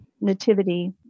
Nativity